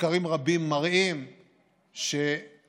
מחקרים רבים מראים שהשפעה